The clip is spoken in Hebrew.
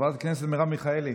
חברת הכנסת מרב מיכאלי,